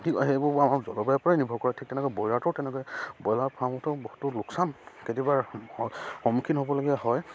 ঠিক সেইবোৰ আমাৰ জলবায়ুৰপৰাই নিৰ্ভৰ কৰে ঠিক তেনেকৈ ব্ৰইলাৰটো তেনেকৈ ব্ৰইলাৰ ফাৰ্মতো বহুতো লোকচান কেতিয়াবা সন্মুখীন হ'বলগীয়া হয়